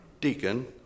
deacon